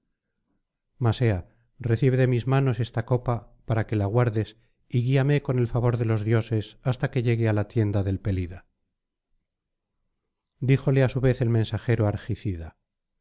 ea recibe de mis manos esta copa para que la guardes y guíame con el favor de los dioses hasta que llegue á la tienda del díjole á su vez el mensajero